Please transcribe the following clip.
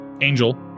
Angel